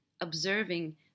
observing